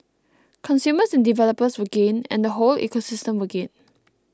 consumers and developers will gain and whole ecosystem will gain